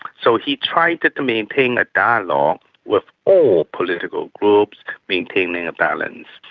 so he tried to to maintain a dialogue with all political groups, maintaining a balance.